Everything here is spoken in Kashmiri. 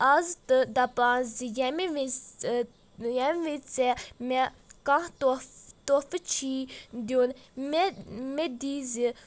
اَز تہٕ دپان زِ ییٚمہِ وِز ییٚمہِ وِزِ ژےٚ مےٚ کانٛہہ تحفہٕ چھی دیُن مےٚ مےٚ دیٖزِ